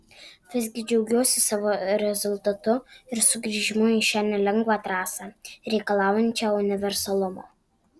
visgi džiaugiuosi savo rezultatu ir sugrįžimu į šią nelengvą trasą reikalaujančią universalumo